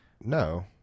No